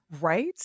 Right